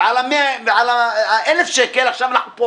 ועל האלף שקל עכשיו אנחנו פה